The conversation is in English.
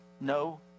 no